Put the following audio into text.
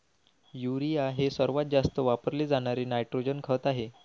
urea हे सर्वात जास्त वापरले जाणारे नायट्रोजन खत आहे